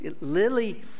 Lily